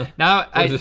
ah now i